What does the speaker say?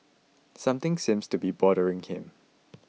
something seems to be bothering him